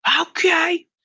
Okay